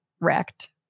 wrecked